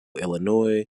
illinois